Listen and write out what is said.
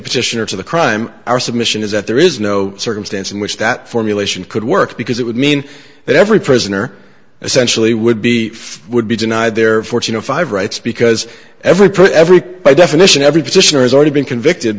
petitioner to the crime our submission is that there is no circumstance in which that formulation could work because it would mean that every prisoner essentially would be would be denied their fortune of five rights because every pro every by definition every position has already been convicted